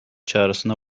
çağrısında